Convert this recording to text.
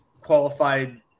qualified